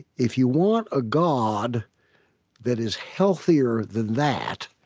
if you want a god that is healthier than that,